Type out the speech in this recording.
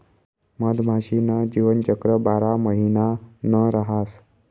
मधमाशी न जीवनचक्र बारा महिना न रहास